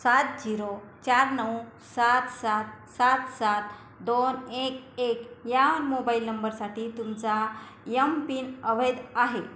सात झिरो चार नऊ सात सात सात सात दोन एक एक या मोबाईल नंबरसाठी तुमचा एम पिन अवैध आहे